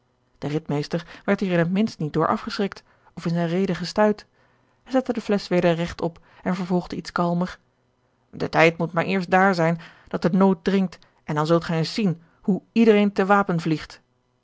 de ridmeester werd hier in het minst niet door afgeschrikt of in zijne rede gestuit hij zette de flesch weder regt op en vervolgde iets kalmer de tijd moet maar eerst daar zijn dat de nood dringt en dan zult gij eens zien hoe iedereen te wapen vliegt